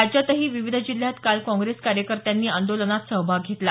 राज्यातही विविध जिल्ह्यात काल काँग्रेस कार्यकर्त्यांनी आंदोलनात सहभाग घेतला